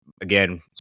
Again